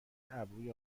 ابروی